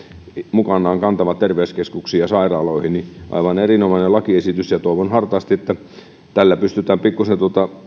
mukanaan kantavat terveyskeskuksiin ja sairaaloihin aivan erinomainen lakiesitys toivon hartaasti että tällä pystytään pikkuisen